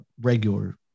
regular